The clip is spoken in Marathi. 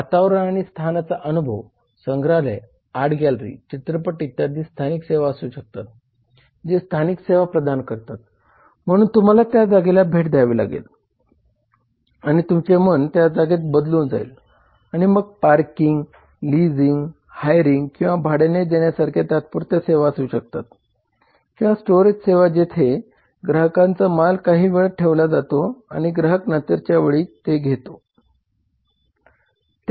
वातावरण आणि स्थानाचा अनुभव संग्रहालय आर्ट गॅलरी चित्रपट इत्यादी स्थानिक सेवा असू शकतात जे स्थानिक सेवा प्रदान करतात म्हणून तुम्हाला त्या जागेला भेट द्यावी लागेल आणि तुमचे मन त्या जागेत बदलून जाईल आणि मग पार्किंग लिझिंग हायरिंग किंवा भाड्याने देण्यासारख्या तात्पुरत्या सेवा असू शकतात किंवा स्टोरेज सेवा जेथे 0908 ग्राहकाचा माल काही काळ ठेवला जातो आणि ग्राहक नंतरच्या वेळी ते घेतो